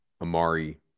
Amari